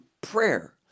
prayer